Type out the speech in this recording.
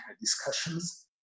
discussions